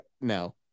No